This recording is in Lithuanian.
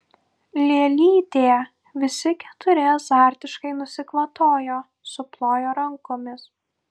lėlytė visi keturi azartiškai nusikvatojo suplojo rankomis